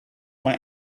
mae